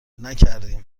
نکردیم